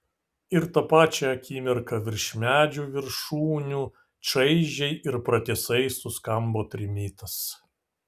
ir tą pačią akimirką virš medžių viršūnių čaižiai ir pratisai suskambo trimitas